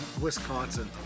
Wisconsin